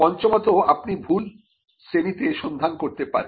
পঞ্চমত আপনি ভুল শ্রেণীতে সন্ধান করতে পারেন